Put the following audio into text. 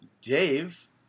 Dave